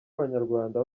abanyarwanda